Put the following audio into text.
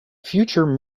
future